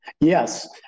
Yes